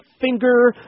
finger